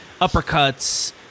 uppercuts